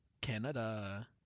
Canada